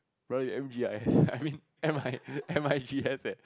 brother you M G I S I mean M I M I G S leh